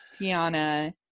Tiana